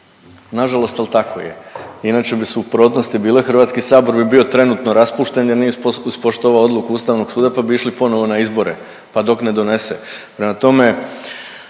Nažalost al tako je inače bi suprotnosti bile, HS bi bio trenutno raspušten jer nije ispoštovao odluku Ustavnog suda, pa bi išli ponovo na izbore, pa dok ne donese.